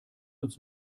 uns